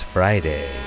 Friday